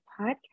Podcast